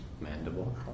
mandible